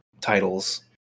titles